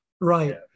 right